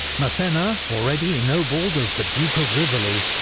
massena, already ennobled as the duke of rivoli,